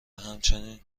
همچنین